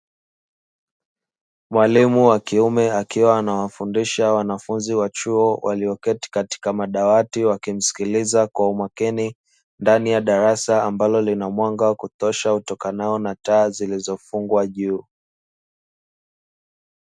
Mwalimu wa kiume kiwa anawafundisha wanafunzi wa chuo. Walioketi katika madawati wakimsikiliza kwa umakini. Ndani ya darasa ambalo lina mwanga wa kutosha utokanao na taa zilizofungwa juu.